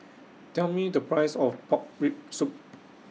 Tell Me The Price of Pork Rib Soup